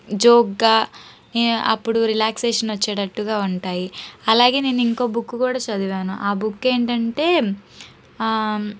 జోక్గా అప్పుడు రిలాక్సేషన్ వచ్చేటట్టుగా ఉంటాయి అలాగే నేను ఇంకో బుక్ కూడా చదివాను ఆ బుక్ ఏంటంటే